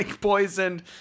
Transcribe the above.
poisoned